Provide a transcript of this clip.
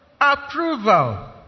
approval